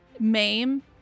MAME